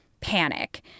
panic